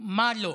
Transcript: מה לא?